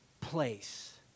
place